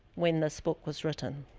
when this book was written,